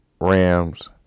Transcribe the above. Rams